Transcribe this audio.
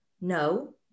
no